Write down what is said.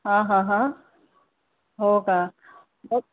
हा हा हा हो का